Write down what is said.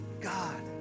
God